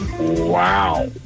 Wow